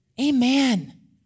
amen